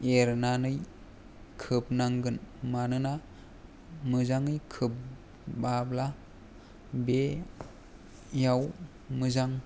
एरनानै खोबनांगोन मानोना मोजाङै खोबाब्ला बेयाव मोजां